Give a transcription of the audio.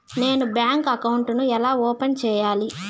నేను bank account ను ఎలా ఓపెన్ సేయాలి?